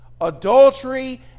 Adultery